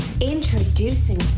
introducing